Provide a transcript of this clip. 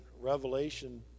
Revelation